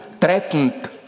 threatened